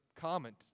comment